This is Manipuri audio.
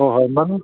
ꯍꯣꯏ ꯍꯣꯏ ꯃꯃꯤꯡ